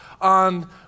on